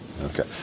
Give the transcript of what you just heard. Okay